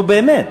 נו, באמת.